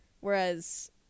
Whereas